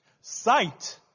Sight